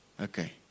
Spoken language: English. Okay